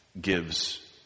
gives